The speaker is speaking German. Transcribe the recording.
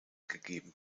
gegeben